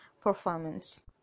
performance